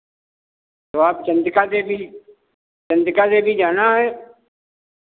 तो आप चंडिका देवी चंडिका देवी जाना है